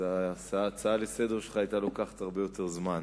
אז ההצעה לסדר-היום שלך היתה לוקחת הרבה יותר זמן.